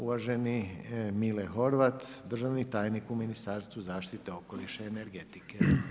Uvaženi Mile Horvat državni tajnik u Ministarstvu zaštite okoliša i energetike.